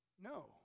No